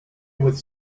with